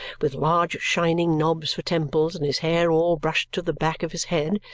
with large shining knobs for temples and his hair all brushed to the back of his head,